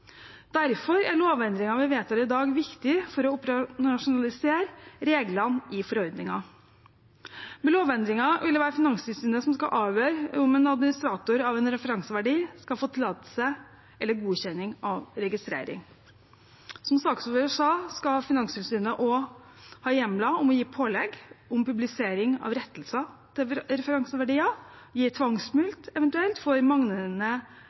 Derfor er lovendringen vi vedtar i dag, viktig for å operasjonalisere reglene i forordningen. Med lovendringen vil det være Finanstilsynet som skal avgjøre om en administrator av en referanseverdi skal få tillatelse eller godkjenning av registrering. Som saksordføreren sa, skal Finanstilsynet også ha hjemler til å gi pålegg om publisering av rettelser til referanseverdier, eventuelt gi tvangsmulkt for